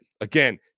Again